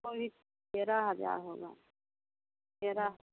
वही तेरह हजार होगा तेरह